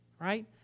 right